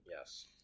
Yes